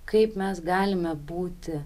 kaip mes galime būti